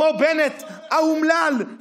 כמו בנט האומלל,